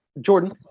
Jordan